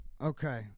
Okay